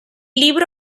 libro